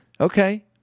Okay